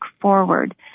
forward